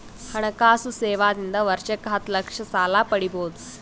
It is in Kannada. ಹಣಕಾಸು ಸೇವಾ ದಿಂದ ವರ್ಷಕ್ಕ ಹತ್ತ ಲಕ್ಷ ಸಾಲ ಪಡಿಬೋದ?